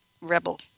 Rebel